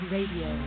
Radio